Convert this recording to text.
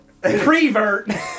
prevert